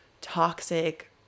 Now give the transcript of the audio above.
toxic